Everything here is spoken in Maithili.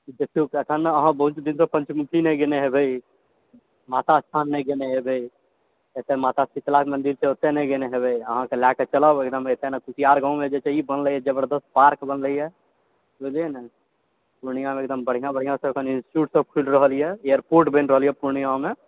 देखिऔ अखन नऽ अहाँ बहुत दिनसँ पञ्चमुखी नहि गेल हेबय माता स्थान नहि गेल हेबय एतय माता शीतला मन्दिर छै ओतय नहि गेल हेबय अहाँक लयकऽ चलब एकदम कुसियार गाँवमऽ ई बनलय हँ जबरदस्त पार्क बनलय हँ बुझलियै नऽ पूर्णियामऽ एकदम बढ़िआँ बढ़िआँसँ इन्स्टिच्युटसभ खुलि रहल यऽ एयरपोर्ट बनि रहल यऽ पूर्णियामे